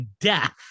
death